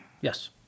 Yes